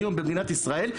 היום במדינת ישראל,